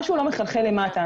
משהו לא מחלחל למטה.